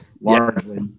largely